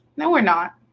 no, we're not.